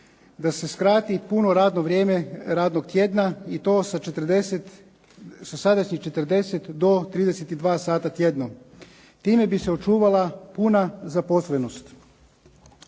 da se skrati puno radno vrijeme radnog tjedna i to sa sadašnjih 40 do 32 sata tjedno. Time bi se očuvala puna zaposlenost.